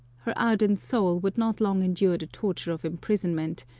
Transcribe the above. her ardent soul would not long endure the torture of imprisonment,